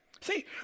See